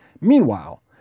Meanwhile